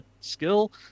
skill